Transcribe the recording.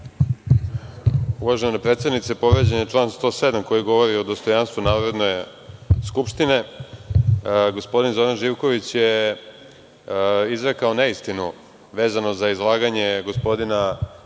Uvažena predsednice, povređen je član 107. koji govori o dostojanstvu Narodne skupštine. Gospodin Zoran Živković, je izrekao neistinu vezano za izlaganje gospodina